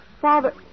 Father